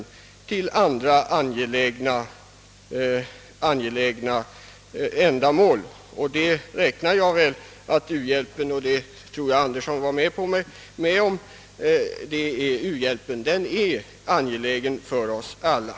Och till dessa andra angelägna ändamål räknar jag — herr Anderson i Sundsvall håller säkert med mig därom — u-hjälpen. Den är angelägen för oss alla.